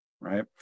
right